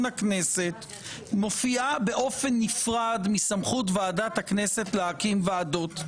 הכנסת מופיעה באופן נפרד מסמכות ועדת הכנסת להקים ועדות.